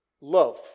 love